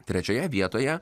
trečioje vietoje